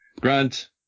Grant